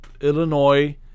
Illinois